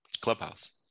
Clubhouse